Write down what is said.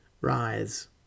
Rise